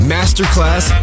Masterclass